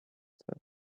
surface